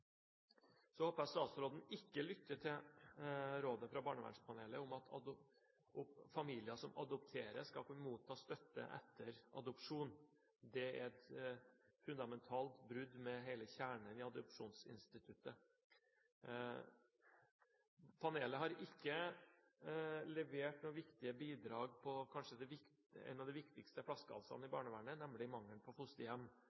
Så håper jeg statsråden ikke lytter til rådet fra barnevernpanelet om at familier som adopterer, skal kunne motta støtte etter adopsjon. Det er et fundamentalt brudd med hele kjernen i adopsjonsinstituttet. Panelet har ikke levert noen viktige bidrag med hensyn til kanskje en av de viktigste flaskehalsene i